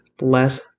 less